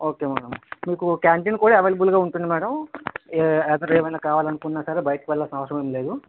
okay madam మీకు canteen కూడా అవైలబుల్గా ఉంటుంది మ్యాడం అసలు ఏమన్నా కావాలనుకున్న సరే బయటికి వెళాల్సిన అవసరం ఏం లేదు